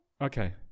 Okay